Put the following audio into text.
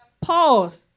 pause